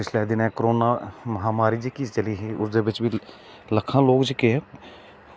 पिच्छले दिनें कोरोना महामारी जेह्की चली ही ओह्दे बिच बी लक्खां लोक जेह्के